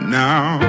now